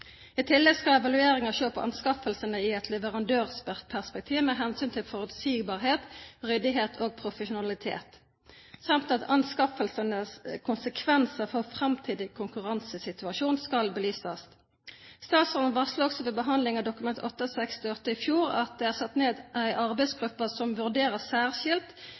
I tillegg skal en ved evalueringene se på anskaffelsene i et leverandørperspektiv med hensyn til forutsigbarhet, ryddighet og profesjonalitet, og at anskaffelsenes konsekvenser for framtidig konkurransesituasjon skal belyses. Statsråden varslet også ved behandlingen av Dokument 8:68 S for 2009–2010 at det er satt ned en arbeidsgruppe som vurderer særskilt